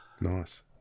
Nice